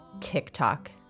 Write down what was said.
TikTok